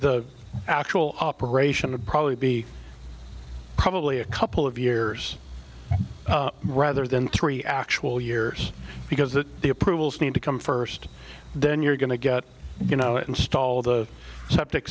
the actual operation to probably be probably a couple of years rather than three actual years because that the approvals need to come first then you're going to get you know install the septic